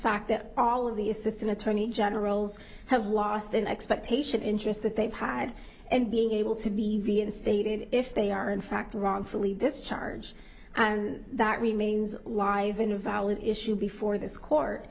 fact that all of the assistant attorney generals have lost an expectation interest that they've had and being able to be reinstated if they are in fact wrongfully discharge and that remains live in a valid issue before this court